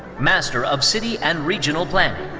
master of city and regional planning.